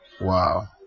Wow